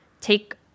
Take